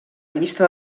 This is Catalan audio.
llista